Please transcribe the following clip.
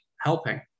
helping